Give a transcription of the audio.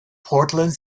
portland